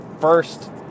first